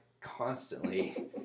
constantly